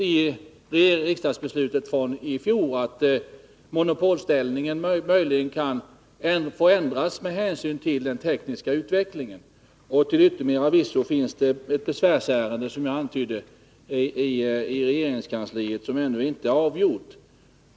I riksdagsbeslutet från i fjol finns inskrivet att monopolställningen möjligen kan få ändras med hänsyn till den tekniska utvecklingen. Till yttermera visso finns det, som jag antydde, inom regeringskansliet ett besvärsärende som ännu inte är avgjort.